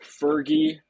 Fergie